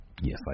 Yes